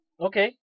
Okay